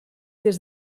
des